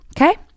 okay